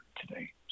today